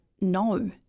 no